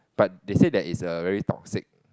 but they said that it's a very toxic